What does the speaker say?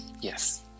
yes